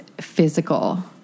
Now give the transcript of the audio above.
physical